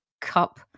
Cup